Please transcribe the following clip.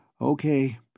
Okay